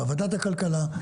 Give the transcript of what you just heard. בוועדת הכלכלה,